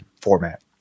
format